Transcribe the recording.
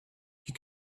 you